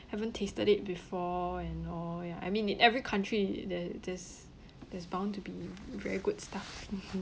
haven't tasted it before and all ya I mean in every country there there's there's bound to be very good stuff